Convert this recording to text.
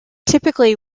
typically